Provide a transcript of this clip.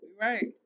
Right